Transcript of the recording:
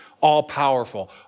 all-powerful